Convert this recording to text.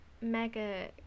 mega